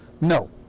No